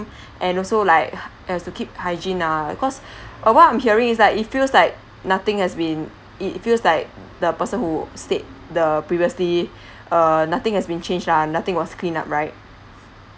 and also like it has to keep hygiene ah cause uh what I'm hearing is like it feels like nothing has been it feels like the person who stayed the previously uh nothing has been changed ah nothing was clean up right